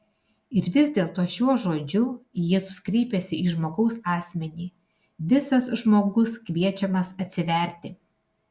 ir vis dėlto šiuo žodžiu jėzus kreipiasi į žmogaus asmenį visas žmogus kviečiamas atsiverti